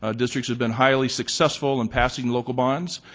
ah districts have bene highly successful in passing local bonds.